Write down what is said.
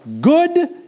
good